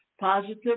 Positive